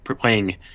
playing